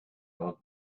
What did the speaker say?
are